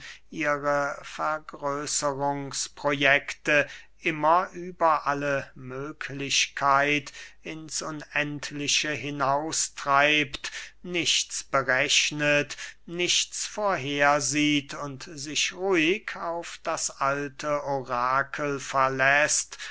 ihre vergrößerungs projekte immer über alle möglichkeit hinaustreibt nichts berechnet nichts vorhersieht und sich ruhig auf das alte orakel